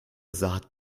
saat